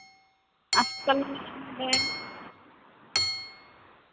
ᱦᱟᱥᱯᱟᱛᱟᱞ ᱦᱤᱡᱩᱜ ᱯᱮ